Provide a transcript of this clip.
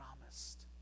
promised